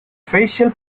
facial